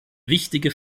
wichtige